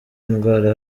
indwara